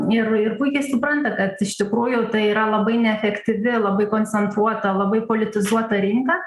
ir ir puikiai supranta kad iš tikrųjų tai yra labai neefektyvi labai koncentruota labai politizuota rinka